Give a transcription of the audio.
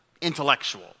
intellectual